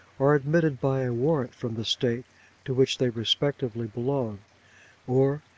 are admitted by a warrant from the state to which they respectively belong or,